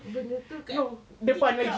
benda tu dekat tingkap